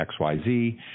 XYZ